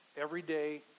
everyday